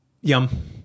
Yum